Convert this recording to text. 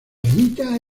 ermita